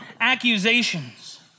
accusations